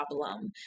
problem